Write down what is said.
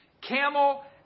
camel